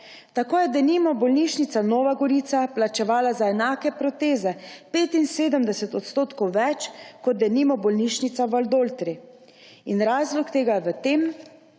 Tako je, denimo, bolnišnica Nova Gorica plačevala za enake proteze 75 odstotkov več kot, denimo, bolnišnica v Valdoltri. In razlog tega je v tem,